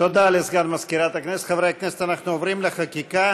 חבר הכנסת יואב קיש.